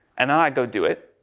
and i'd go do it,